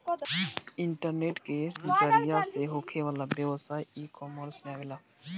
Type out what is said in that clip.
internet के जरिया से होखे वाला व्यवसाय इकॉमर्स में आवेला